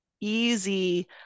easy